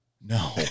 No